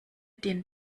den